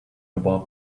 about